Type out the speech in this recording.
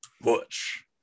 butch